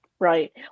Right